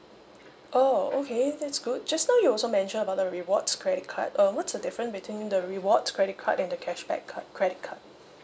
oh okay that's good just now you also mention about the rewards credit card um what's the different between the rewards credit card and the cashback card credit card